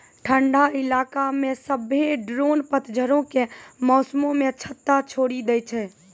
ठंडा इलाका मे सभ्भे ड्रोन पतझड़ो के मौसमो मे छत्ता छोड़ि दै छै